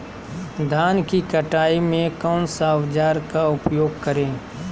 धान की कटाई में कौन सा औजार का उपयोग करे?